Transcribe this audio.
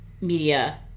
Media